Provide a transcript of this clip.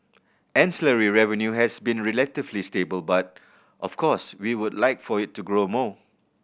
ancillary revenue has been relatively stable but of course we would like for it to grow more